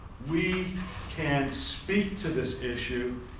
we can speak to this issue